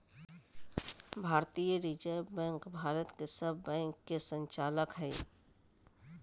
भारतीय reserve bank भारत के सब बैंक के संचालक हइ